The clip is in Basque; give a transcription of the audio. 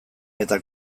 eta